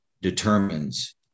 determines